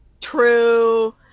true